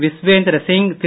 Vishwendra Singh Thiru